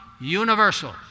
universal